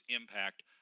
impact